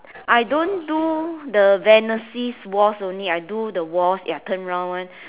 I don't do the Viennese waltz only I do the waltz ya turn round one